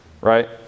Right